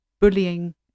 bullying